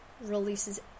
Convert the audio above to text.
releases